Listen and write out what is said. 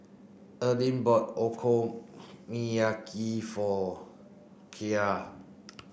Eryn bought Okonomiyaki for Kyra